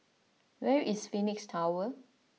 where is Phoenix Tower